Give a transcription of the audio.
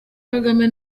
kagame